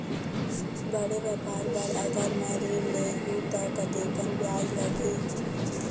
बड़े व्यापार बर अगर मैं ऋण ले हू त कतेकन ब्याज लगही?